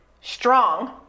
strong